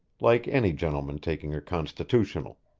like any gentleman taking a constitutional.